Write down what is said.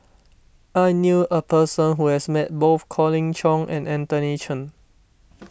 I knew a person who has met both Colin Cheong and Anthony Chen